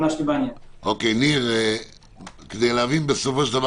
כדי להבין בסופו של דבר